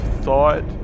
thought